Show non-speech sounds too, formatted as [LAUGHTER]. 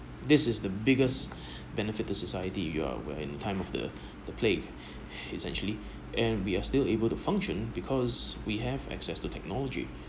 this is the biggest [BREATH] benefit to society you're where in time of the the plague [BREATH] essentially and we are still able to function because we have access to technology